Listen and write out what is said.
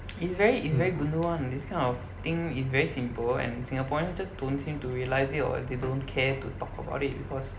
is very is very goondu one this kind of thing is very simple and singaporeans just don't seem to realise it or they don't care to talk about it because